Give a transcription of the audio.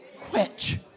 quench